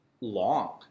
long